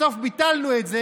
בסוף ביטלנו את זה,